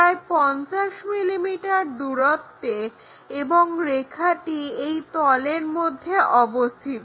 প্রায় 50 mm দূরত্বে এবং রেখাটি এই তলের মধ্যে অবস্থিত